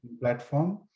platform